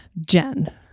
Jen